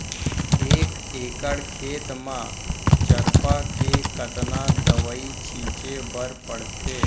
एक एकड़ खेत म चरपा के कतना दवई छिंचे बर पड़थे?